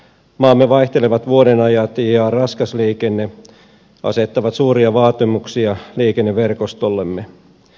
maamme vaihtelevat vuodenajat ja raskas liikenne asettavat suuria vaatimuksia liikenneverkostollemme